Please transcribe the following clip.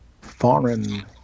foreign –